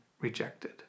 rejected